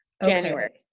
January